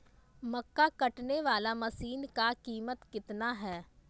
मक्का कटने बाला मसीन का कीमत कितना है?